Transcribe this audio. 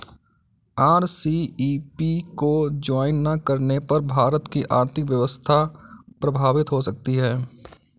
RCEP को join ना करने पर भारत की आर्थिक व्यवस्था प्रभावित हो सकती है